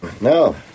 No